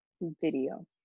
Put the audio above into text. video